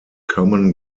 common